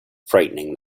frightening